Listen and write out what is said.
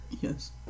Yes